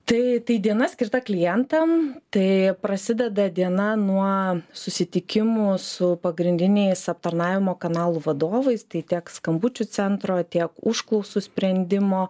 tai tai diena skirta klientam tai prasideda diena nuo susitikimų su pagrindiniais aptarnavimo kanalų vadovais tai tiek skambučių centro tiek užklausų sprendimo